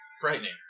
Frightening